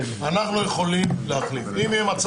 אנחנו לא מחוקקים.